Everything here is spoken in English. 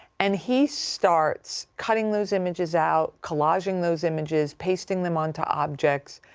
and he starts cutting those images out, collaging those images, pasting them onto objects,